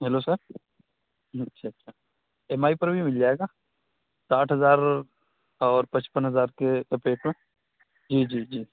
hello sir اچھا اچھا M I پر بھی مل جائے گا ساٹھ ہزار اور پچپن ہزار کے پہ جی جی جی